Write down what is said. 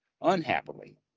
unhappily